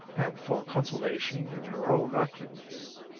and for consolation in her own ugliness.